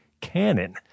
canon